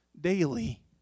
daily